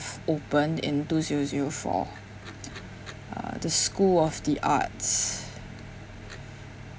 opened in two zero zero four uh the school of the arts